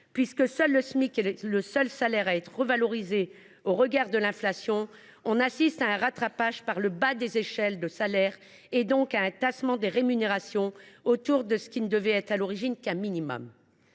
puisque le Smic est le seul salaire à être revalorisé en tenant compte de l’inflation, on assiste à un rattrapage par le bas des échelles de salaire, donc à un tassement des rémunérations autour de ce qui ne devait à l’origine être qu’un minimum.